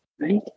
right